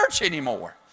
anymore